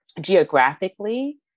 geographically